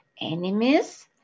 enemies